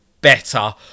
better